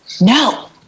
No